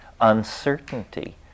uncertainty